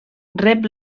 rep